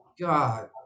God